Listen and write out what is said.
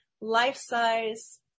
life-size